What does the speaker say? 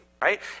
right